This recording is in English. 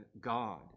God